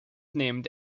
named